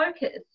focus